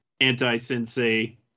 anti-sensei